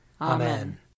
Amen